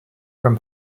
from